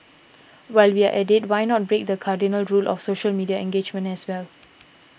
while we are at it why not break the cardinal rule of social media engagement as well